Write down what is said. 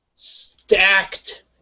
Stacked